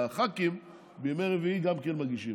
והח"כים בימי רביעי גם כן מגישים.